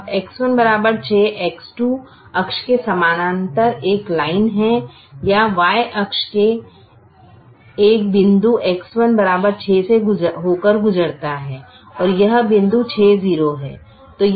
अब X1 6 X2 अक्ष के समानांतर एक लाइन है या Y अक्ष के एक बिंदु X1 6 से होकर गुजरता है और यह बिंदु 60 है